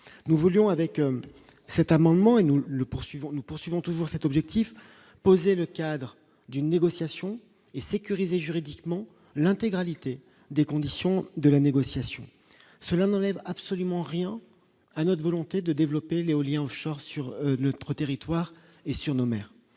nous voulions avec cet amendement et nous le poursuivons nous poursuivons toujours cet objectif poser le cadre d'une négociation et sécuriser juridiquement l'intégralité des conditions de la négociation, cela n'enlève absolument rien à notre volonté de développer l'éolien Offshore sur notre territoire et surnommé